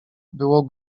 było